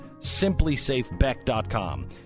simplysafebeck.com